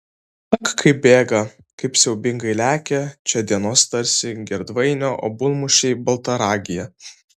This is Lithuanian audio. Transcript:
ak kaip bėga kaip siaubingai lekia čia dienos tarsi girdvainio obuolmušiai baltaragyje